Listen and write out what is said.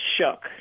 shook